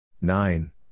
Nine